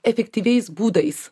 efektyviais būdais